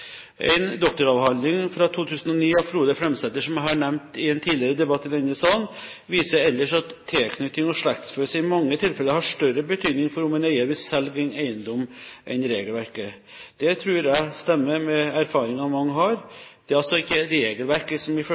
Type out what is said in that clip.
En doktoravhandling fra 2009 av Frode Flemsæter, som jeg har nevnt i en tidligere debatt i denne salen, viser ellers at tilknytning og slektsfølelse i mange tilfeller har større betydning enn regelverket for om en eier vil selge en eiendom. Det tror jeg stemmer med erfaringer mange har. Det er altså ikke regelverket som